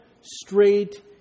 straight